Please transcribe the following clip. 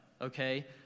Okay